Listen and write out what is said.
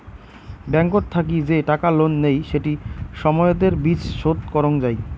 ব্যাংকত থাকি যে টাকা লোন নেই সেটি সময়তের বিচ শোধ করং যাই